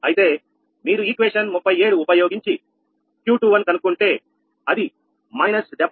అయితే మీరు సమీకరణం 37 ఉపయోగించి Q21 కనుక్కుంటే అది −74